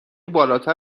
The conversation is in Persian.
بالاتر